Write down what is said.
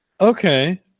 Okay